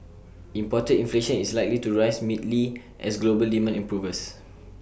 imported inflation is likely to rise mildly as global demand improves